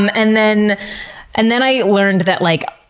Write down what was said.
um and then and then i learned that, like,